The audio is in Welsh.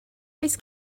oes